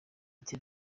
ati